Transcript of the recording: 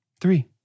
three